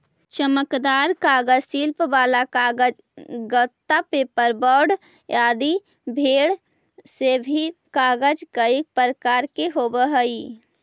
चमकदार कागज, शिल्प वाला कागज, गत्ता, पोपर बोर्ड आदि भेद से भी कागज कईक प्रकार के होवऽ हई